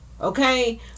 Okay